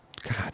God